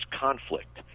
conflict